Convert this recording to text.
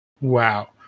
Wow